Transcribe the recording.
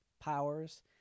powers